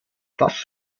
das